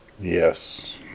Yes